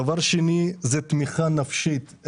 דבר שני זה תמיכה נפשית.